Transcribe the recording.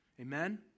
Amen